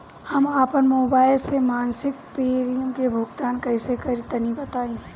हम आपन मोबाइल से मासिक प्रीमियम के भुगतान कइसे करि तनि बताई?